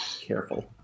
Careful